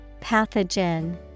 Pathogen